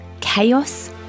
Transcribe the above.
chaos